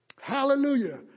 Hallelujah